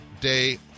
Day